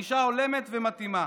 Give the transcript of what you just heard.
ענישה הולמת ומתאימה.